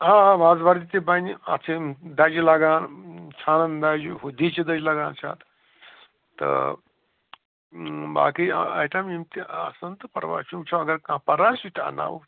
آ آ وازٕ وَردی تہِ بَنہِ اَتھ چھِ دَجہِ لَگان چھانَن دَجہِ ہُہ دیٖچہٕ دٔج لَگان چھِ اَتھ تہٕ باقٕے آیٹَم یِم تہِ آسَن تہٕ پرواے چھُنہٕ وٕچھو اگر کانٛہہ پَرٕ آسہِ سُہ تہِ اَنناوَو